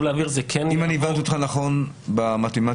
אם אני הבנתי אותך נכון במתמטיקה,